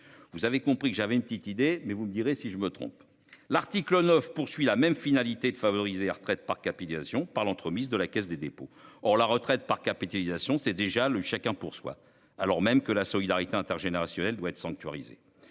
Vous avez compris que j'avais une petite idée mais vous me direz si je me trompe. L'article 9 poursuit la même finalité de favoriser retraite par capitalisation par l'entremise de la Caisse des dépôts. Or la retraite par capitalisation. C'est déjà le chacun pour soi, alors même que la solidarité intergénérationnelle doit être sanctuarisée,